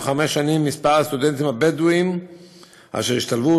תוך חמש שנים מספר הסטודנטים הבדואים אשר ישתלבו